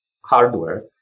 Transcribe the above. hardware